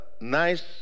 nice